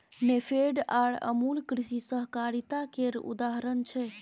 नेफेड आर अमुल कृषि सहकारिता केर उदाहरण छै